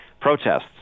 protests